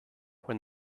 when